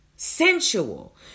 sensual